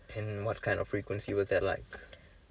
and what kind of frequency was that like